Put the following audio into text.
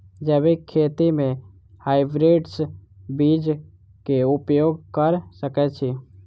जैविक खेती म हायब्रिडस बीज कऽ उपयोग कऽ सकैय छी?